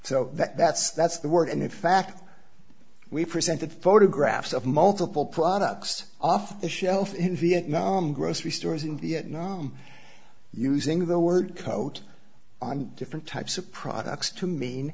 so that that's that's the word and in fact we presented photographs of multiple products off the shelf in vietnam grocery stores in vietnam using the word coat on different types of products to m